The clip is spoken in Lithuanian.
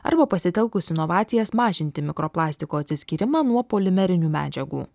arba pasitelkus inovacijas mažinti mikroplastiko atsiskyrimą nuo polimerinių medžiagų